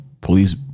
Police